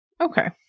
Okay